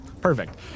perfect